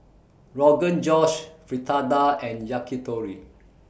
Rogan Josh Fritada and Yakitori